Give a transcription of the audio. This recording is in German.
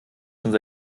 schon